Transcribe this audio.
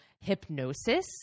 hypnosis